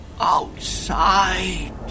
outside